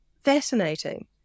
fascinating